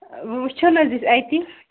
ٲں وٕچھَو نَہ حظ أسۍ اَتی